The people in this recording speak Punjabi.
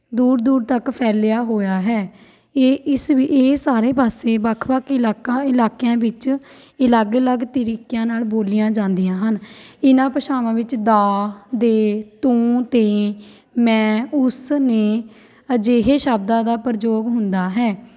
ਦੂਰ ਦੂਰ ਤੱਕ ਫੈਲਿਆ ਹੋਇਆ ਹੈ ਇਹ ਇਸ ਵੀ ਇਹ ਸਾਰੇ ਪਾਸੇ ਵੱਖ ਵੱਖ ਇਲਾਕਾ ਇਲਾਕਿਆਂ ਵਿੱਚ ਅਲੱਗ ਅਲੱਗ ਤਰੀਕਿਆਂ ਨਾਲ਼ ਬੋਲੀਆਂ ਜਾਂਦੀਆਂ ਹਨ ਇਹਨਾਂ ਭਾਸ਼ਾਵਾਂ ਵਿੱਚ ਦਾ ਦੇ ਤੂੰ ਤੇਂ ਮੈਂ ਉਸ ਨੇ ਅਜਿਹੇ ਸ਼ਬਦਾਂ ਦਾ ਪ੍ਰਯੋਗ ਹੁੰਦਾ ਹੈ